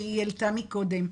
שהיא העלתה קודם,